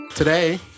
Today